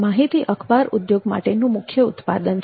માહિતી અખબાર ઉદ્યોગ માટેનું મુખ્ય ઉત્પાદન છે